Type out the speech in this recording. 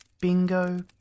Bingo